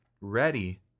ready